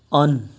on